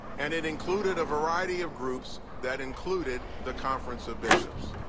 and it included a variety of groups that included the conference of bishops.